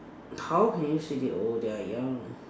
how can you say they old they are young